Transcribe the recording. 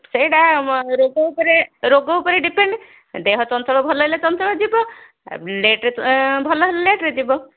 ସେଇଟା ରୋଗ ଉପରେ ରୋଗ ଉପରେ ଡିପେଣ୍ଡ ଦେହ ଚଞ୍ଚଳ ଭଲ ହେଲେ ଚଞ୍ଚଳ ଯିବ ଲେଟ୍ରେ ଆ ଭଲ ହେଲେ ଲେଟ୍ରେ ଯିବ